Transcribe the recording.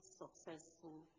successful